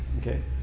okay